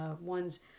ones